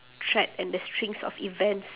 thread and the strings of events